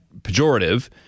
pejorative